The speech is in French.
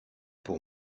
pour